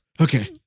okay